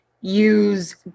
use